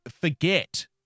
forget